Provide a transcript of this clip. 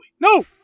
No